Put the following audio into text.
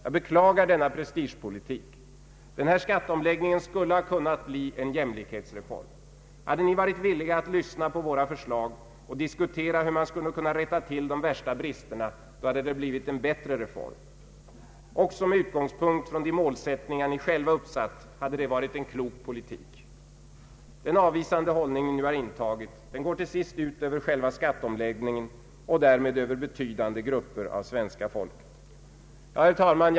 Jag beklagar denna prestigepolitik. Den här skatteomläggningen skulle ha kunnat bli en jämlikhetsreform. Hade ni varit villiga att lyssna på våra förslag och diskutera hur man skulle kunna rätta till de värsta bristerna hade det blivit en bättre reform. Också med utgångspunkt från de målsättningar ni själva uppsatt hade det varit en klok politik. Den avvisande hållning ni nu har intagit går till sist ut över själva skatteomläggningen och därmed över betydande grupper av svenska folket. Herr talman!